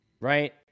right